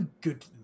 good